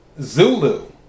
Zulu